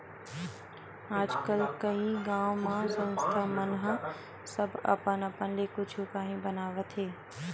आजकल कइ गाँव म संस्था मन ह सब अपन अपन ले कुछु काही बनावत हे